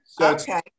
okay